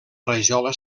rajola